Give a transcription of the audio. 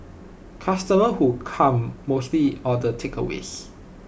customers who come mostly order takeaways